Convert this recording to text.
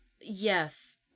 Yes